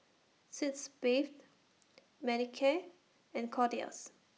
Sitz Bath Manicare and Kordel's